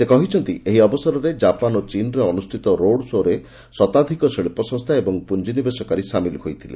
ସେ କହିଛନ୍ତି ଏହି ଅବସରରେ କାପାନ ଓ ଚୀନରେ ଅନୁଷ୍ଠିତ ରୋଡ ଶୋରେ ଶତାଧିକ ଶିକ୍ ସଂସ୍କା ଓ ପୁଞ୍ଞିନିବେଶକାରୀ ସାମିଲ ହୋଇଥିଲେ